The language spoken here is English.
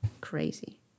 Crazy